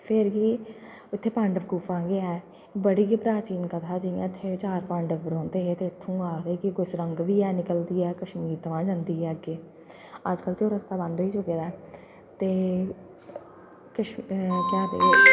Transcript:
फिर केह् उत्थें पांडव गुफा गै ऐ बड़ी गै प्राचीन कथा कि जि'यां इत्थें चार पांडव रौंह्दे हे ते कि इक्क सुरंग बी निकलदी ऐ जेह्ड़ी कश्मीर थमां जंदी ऐ अग्गें अज्जकल ओह् रस्ता बंद होई चुक्के दा ऐ ते किश केह् आक्खदे